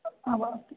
हा वदतु